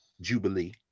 *Jubilee*